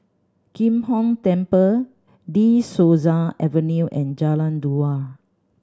Kim Hong Temple De Souza Avenue and Jalan Dua